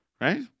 Right